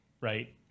right